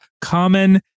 common